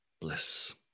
bliss